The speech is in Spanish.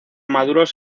maduros